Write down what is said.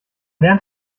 lernt